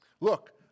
Look